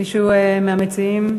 מישהו מהמציעים?